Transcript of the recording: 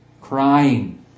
crying